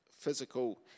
physical